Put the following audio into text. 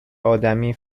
آدمی